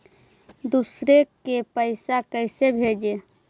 दुसरे के पैसा कैसे भेजी?